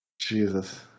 jesus